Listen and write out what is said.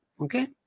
Okay